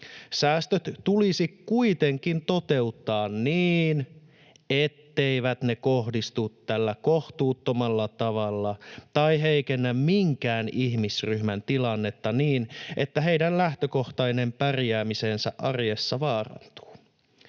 Säästöt tulisi kuitenkin toteuttaa niin, etteivät ne kohdistu tällä kohtuuttomalla tavalla tai heikennä minkään ihmisryhmän tilannetta niin, että heidän lähtökohtainen pärjäämisensä arjessa vaarantuu.